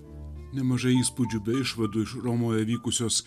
nemažai įspūdžių bei išvadų iš romoje vykusios